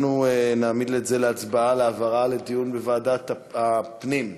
אנחנו נעמיד את זה להצבעה להעברה לדיון בוועדת הפנים.